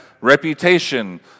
reputation